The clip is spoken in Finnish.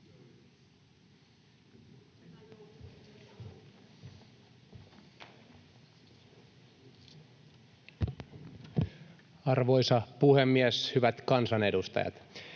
Arvoisa puhemies! Hyvät kansanedustajat!